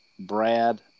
brad